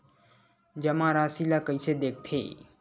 जमा राशि ला कइसे देखथे?